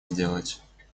сделать